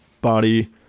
body